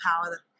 power